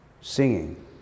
singing